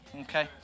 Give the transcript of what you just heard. Okay